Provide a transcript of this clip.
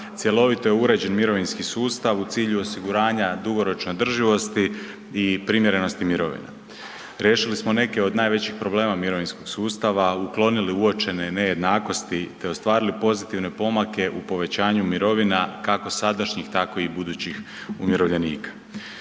cjelovito je uređen mirovinski sustav u cilju osiguranja dugoročne održivosti i primjerenosti mirovina. Riješili smo neke od najvećih problema mirovinskog sustava, uklonili uočene nejednakosti te ostvarili pozitivne pomake u povećanju mirovina kako sadašnjih tako i budućih umirovljenika.